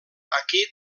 aquí